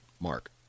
Mark